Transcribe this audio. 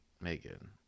Megan